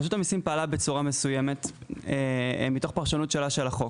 רשות המסים פעלה בצורה מסוימת מתוך פרשנות שלה של החוק.